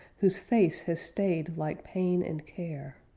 whose face has stayed like pain and care.